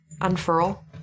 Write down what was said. unfurl